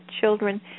children